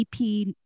EP